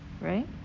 right